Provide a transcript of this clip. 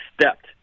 stepped